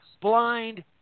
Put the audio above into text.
blind